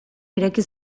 ireki